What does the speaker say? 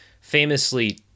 famously